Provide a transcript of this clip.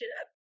up